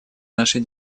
нашей